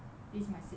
it's my sixth mod